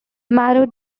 marrow